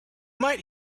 might